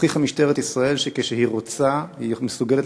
הוכיחה משטרת ישראל שכשהיא רוצה היא מסוגלת